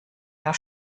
der